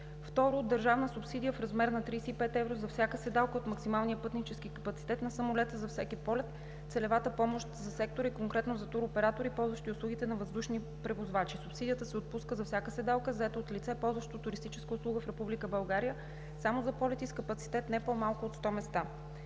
Второ, държавна субсидия в размер на 35 евро – за всяка седалка от максималния пътнически капацитет на самолета за всеки полет. Целевата помощ за сектора е конкретно за туроператори, ползващи услугите на въздушни превозвачи. Субсидията се отпуска за всяка седалка, заета от лице, ползващо туристическа услуга в Република България, и е само за полети с капацитет не по-малък от 100 места.